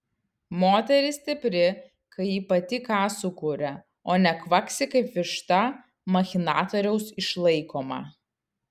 moteris stipri kai ji pati ką sukuria o ne kvaksi kaip višta machinatoriaus išlaikoma